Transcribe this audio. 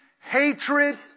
hatred